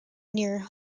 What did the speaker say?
near